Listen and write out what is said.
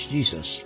Jesus